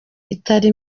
itari